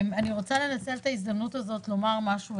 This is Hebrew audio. אני רוצה לנצל את ההזדמנות הזאת לומר משהו.